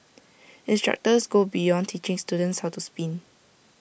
instructors go beyond teaching students how to spin